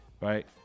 right